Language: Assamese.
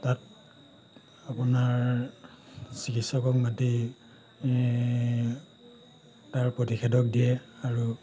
তাত আপোনাৰ চিকিৎসকক মাতি এ তাৰ প্ৰতিষেধক দিয়ে আৰু